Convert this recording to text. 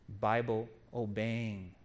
Bible-obeying